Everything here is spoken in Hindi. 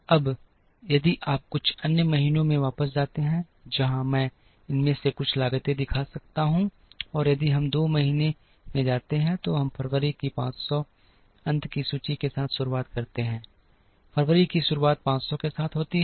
अब यदि आप कुछ अन्य महीनों में वापस जाते हैं जहां मैं इनमें से कुछ लागतें दिखा सकता हूं और यदि हम 2 महीने में जाते हैं तो हम फरवरी की 500 अंत की सूची के साथ शुरू करते हैं फरवरी की शुरुआत 500 के साथ होती है